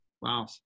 Wow